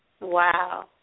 Wow